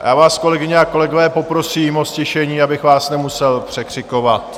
Já vás, kolegyně a kolegové, poprosím o ztišení, abych vás nemusel překřikovat.